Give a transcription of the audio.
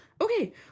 Okay